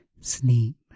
sleep